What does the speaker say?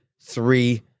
three